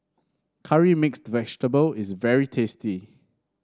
Curry Mixed Vegetable is very tasty